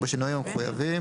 ובשינויים המחויבים,